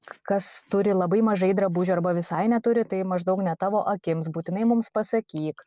kas turi labai mažai drabužių arba visai neturi tai maždaug ne tavo akims būtinai mums pasakyk